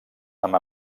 amb